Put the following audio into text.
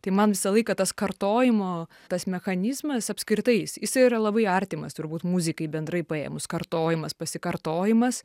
tai man visą laiką tas kartojimo tas mechanizmas apskritai jis jisai yra labai artimas turbūt muzikai bendrai paėmus kartojimas pasikartojimas